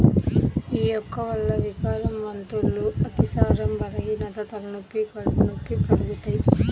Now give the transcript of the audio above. యీ మొక్క వల్ల వికారం, వాంతులు, అతిసారం, బలహీనత, తలనొప్పి, కడుపు నొప్పి కలుగుతయ్